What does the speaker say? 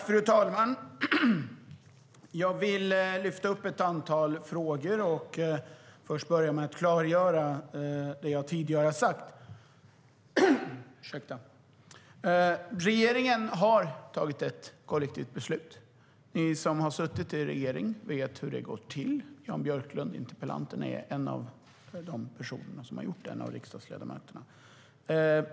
Fru talman! Jag vill lyfta upp ett antal frågor och börja med att klargöra det jag tidigare har sagt: Regeringen har tagit ett kollektivt beslut. Ni som har suttit i en regering vet hur det går till. Jan Björklund, interpellanten, är en av dem.